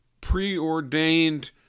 preordained